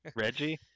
Reggie